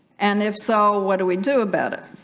and if so what do we do about it